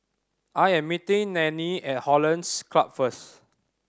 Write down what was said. I am meeting Nannie at Hollandse Club first